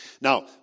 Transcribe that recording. Now